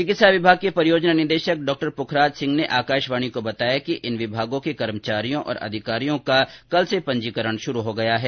चिकित्सा विभाग के परियोजना निदेशक डॉ रघुराज सिंह ने आकाशवाणी को बताया कि इन विभागों के कर्मचारियों और अधिकारियों का कल से पंजीकरण शुरू हो गया है